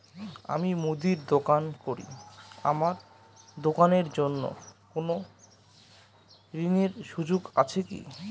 আমি মুদির দোকান করি আমার দোকানের জন্য কোন ঋণের সুযোগ আছে কি?